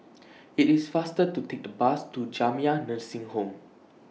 IT IS faster to Take The Bus to Jamiyah Nursing Home